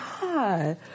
god